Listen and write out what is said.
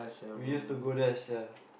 we used to go there sia